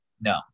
no